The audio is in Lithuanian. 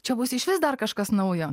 čia bus išvis dar kažkas naujo